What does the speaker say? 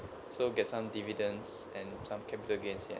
so get some dividends and some capital gains here and